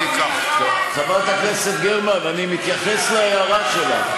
חברת הכנסת גרמן, אני מתייחס להערה שלך.